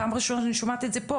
זו הפעם הראשונה שאני שומעת את זה פה,